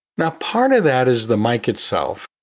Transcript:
now part of that is the mic itself.